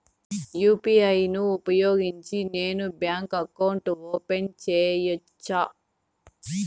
UPI ను ఉపయోగించి నేను బ్యాంకు అకౌంట్ ఓపెన్ సేయొచ్చా?